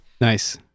Nice